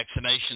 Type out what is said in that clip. vaccinations